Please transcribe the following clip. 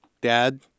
Dad